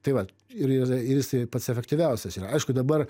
tai vat ir ir jisai pats efektyviausias yra aišku dabar